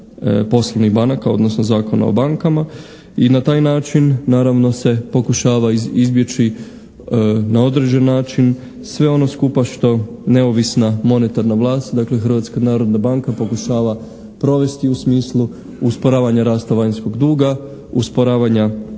poslovnih banaka, odnosno Zakona o bankama i na taj način naravno se pokušava izbjeći na određen način sve ono skupa što neovisna monetarna vlast, dakle Hrvatska narodna banka pokušava provesti u smislu usporavanja rasta vanjskog duga, usporavanja